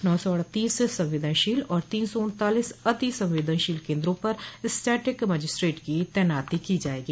नौ सौ अड़तीस संवदेनशील और तीन सौ उन्तालीस अति संवेदनशील केन्द्रों पर स्टैटिक मजिस्ट्रेट को तैनाती की जायेगी